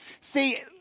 See